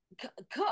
cook